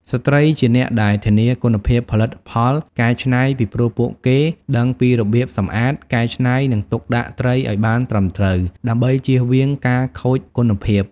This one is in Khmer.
ស្ត្រីជាអ្នកដែលធានាគុណភាពផលិតផលកែច្នៃ ពីព្រោះពួកគេដឹងពីរបៀបសម្អាត កែច្នៃ និងទុកដាក់ត្រីឲ្យបានត្រឹមត្រូវ ដើម្បីជៀសវាងការខូចគុណភាព។